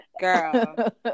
Girl